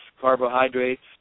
carbohydrates